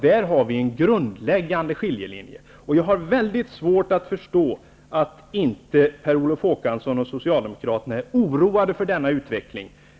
Där går en grundläggande skiljelinje, och jag har mycket svårt att förstå att Per Olof Håkansson och socialdemokraterna i övrigt inte är oroade över denna utveckling.